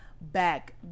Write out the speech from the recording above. back